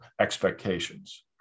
expectations